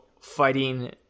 fighting